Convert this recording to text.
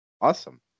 Awesome